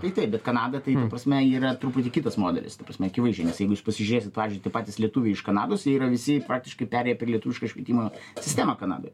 tai taip bet kanada tai prasme yra truputį kitas modelis ta prasme akivaizdžiai nes jeigu jūs pasižiūrėsit pavyzdžiui tie patys lietuviai iš kanados jie yra visi faktiškai perėję per lietuvišką švietimą sistemą kanadoj